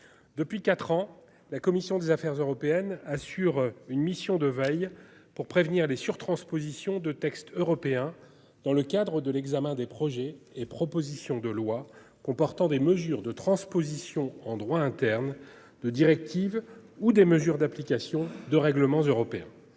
Depuis 4 ans. La commission des Affaires européennes, assure une mission de veille pour prévenir les sur-transpositions de textes européens dans le cadre de l'examen des projets et propositions de loi comportant des mesures de transposition en droit interne 2 directives ou des mesures d'application de règlement européen.